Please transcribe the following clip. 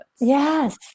Yes